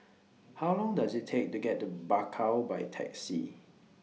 How Long Does IT Take to get to Bakau By Taxi